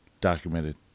Documented